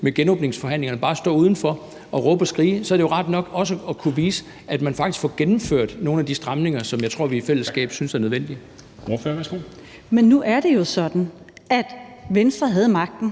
ved genåbningsforhandlingerne bare at stå udenfor og råbe og skrige er det jo rart nok også at kunne vise, at man faktisk får gennemført nogle af de stramninger, som jeg tror vi i fællesskab synes er nødvendige. Kl. 14:41 Formanden (Henrik Dam